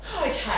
Okay